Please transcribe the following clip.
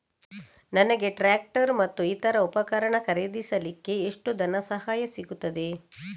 ನನಗೆ ಟ್ರ್ಯಾಕ್ಟರ್ ಮತ್ತು ಇತರ ಉಪಕರಣ ಖರೀದಿಸಲಿಕ್ಕೆ ಎಷ್ಟು ಧನಸಹಾಯ ಸಿಗುತ್ತದೆ?